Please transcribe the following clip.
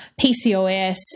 PCOS